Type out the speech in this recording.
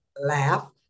laugh